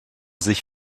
sich